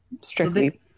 strictly